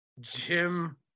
jim